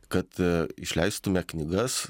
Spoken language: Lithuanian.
kad išleistume knygas